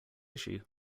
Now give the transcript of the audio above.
issue